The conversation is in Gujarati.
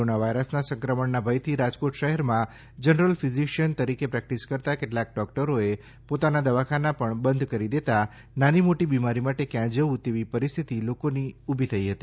કોરોનાવાયરસના સંક્રમણના ભયથી રાજકોટ શહેરમાં જનરલ ફિઝિશિયન તરીકે પ્રેકટીસ કરતા કેટલાક ડોક્ટરોએ પોતાના દવાખાના પણ બંધ કરી દેતા નાની મોટી બીમારી માટે ક્યાં જવું તેવી પરિસ્થિતિ લોકોને ઊભી થઈ હતી